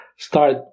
Start